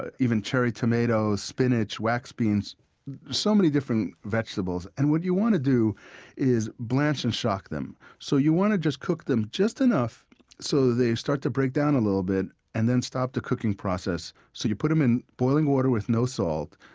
ah even cherry tomatoes, spinach, wax beans so many different vegetables. and what you want to do is blanch and shock them. so you want to cook them just enough so that they start to break down a little bit and then stop the cooking process so you put them in boiling water with no salt,